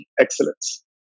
excellence